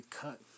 cut